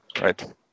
Right